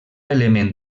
element